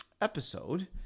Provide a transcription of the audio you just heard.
episode